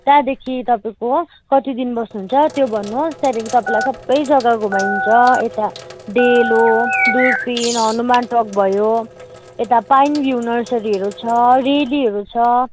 त्यहाँदेखि तपाईँको कति दिन बस्नुहुन्छ त्यो भन्नुहोस् त्यहाँदेखि तपाईँलाई सबै जग्गा घुमाइदिन्छ यता डेलो दुर्पिन हनुमानटक भयो यता पाइनभ्यु नर्सरीहरू छ रेलीहरू छ